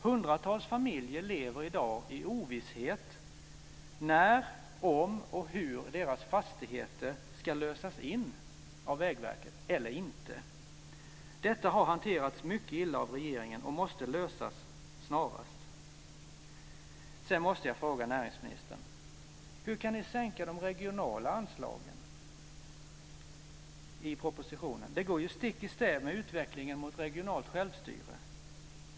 Hundratals familjer lever i dag i ovisshet om ifall deras fastigheter ska lösas in av Vägverket och i så fall när och hur. Detta har hanterats mycket illa av regeringen och måste lösas snarast. Sedan måste jag fråga näringsministern: Hur kan ni sänka de regionala anslagen i propositionen? Det går stick i stäv med utvecklingen mot regionalt självstyre.